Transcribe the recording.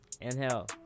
Inhale